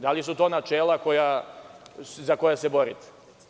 Da li su to načela za koja se borite?